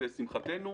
לשמחתנו.